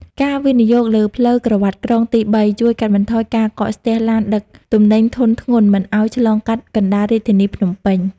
ការវិនិយោគលើផ្លូវក្រវាត់ក្រុងទី៣ ជួយកាត់បន្ថយការកកស្ទះឡានដឹកទំនិញធុនធ្ងន់មិនឱ្យឆ្លងកាត់កណ្ដាលរាជធានីភ្នំពេញ។